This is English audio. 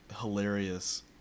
hilarious